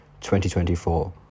2024